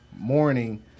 morning